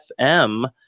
FM